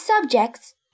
subjects